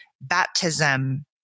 baptism